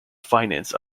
finance